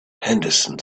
henderson